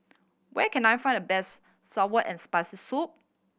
where can I find the best sour and Spicy Soup